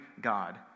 God